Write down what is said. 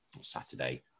Saturday